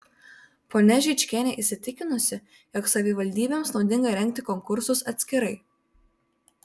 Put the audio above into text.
ponia žičkienė įsitikinusi jog savivaldybėms naudinga rengti konkursus atskirai